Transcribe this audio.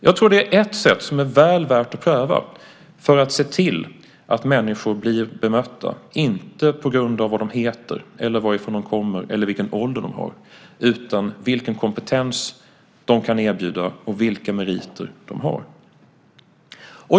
Jag tror att det är ett sätt, som är väl värt att pröva, för att se till att människor blir bemötta inte på grund av vad de heter, varifrån de kommer eller vilken ålder de har utan på grund av vilken kompetens de kan erbjuda och vilka meriter de har.